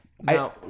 now